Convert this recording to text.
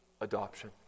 adoption